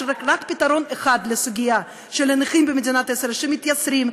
יש רק פתרון אחד לסוגיה של הנכים במדינת ישראל שמתייסרים,